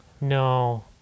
No